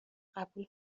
قبول